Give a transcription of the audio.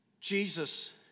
Jesus